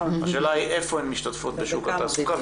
השאלה היא איפה הן משתתפות בשוק התעסוקה,